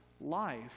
life